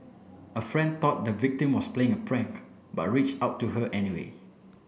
a friend thought the victim was playing a prank but reached out to her anyway